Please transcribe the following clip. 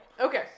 okay